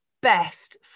best